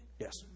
Yes